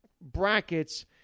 brackets